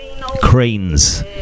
Cranes